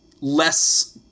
less